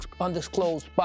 undisclosed